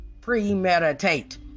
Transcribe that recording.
premeditate